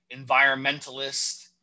environmentalist